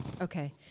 Okay